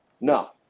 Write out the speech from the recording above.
No